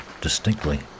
distinctly